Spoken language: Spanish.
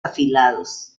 afilados